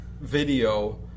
video